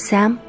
Sam